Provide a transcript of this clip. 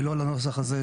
ולא לנוסח הזה.